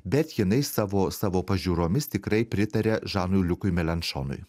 bet jinai savo savo pažiūromis tikrai pritaria žanui liukui melen šonui